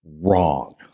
wrong